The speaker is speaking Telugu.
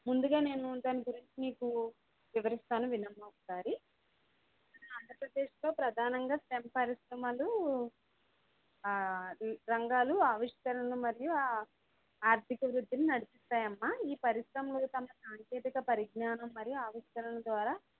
ముందుగా నేను దాని గురించి నీకు వివరిస్తాను వినమ్మా ఒకసారి ఆంధ్రప్రదేశ్లో ప్రదానంగా శ్రమ పరిశ్రమలు రంగాలు ఆవిష్కరణలు మరియు ఆర్ధిక వృద్ధిని నడిపిస్తాయమ్మా ఈ పరిశ్రమలు తమ సాంకేతిక పరిజ్ఞానం మరియు ఆవిష్కరణల ద్వారా